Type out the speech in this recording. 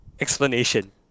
explanation